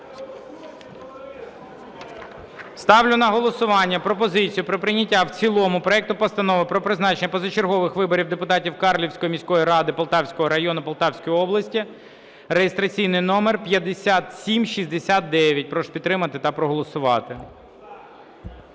Ставлю на голосування пропозицію про прийняття в цілому проекту Постанови про призначення позачергових виборів депутатів Карлівської міської ради Полтавського району Полтавської області (реєстраційний номер 5769). Прошу підтримати та проголосувати.